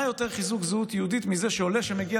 מה יותר חיזוק זהות יהודית מעולה שמגיע